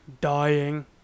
dying